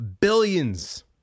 billions